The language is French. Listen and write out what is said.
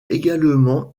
également